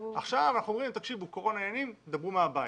עכשיו אנחנו אומרים: קורונה, דברו מהבית.